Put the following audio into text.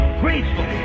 graceful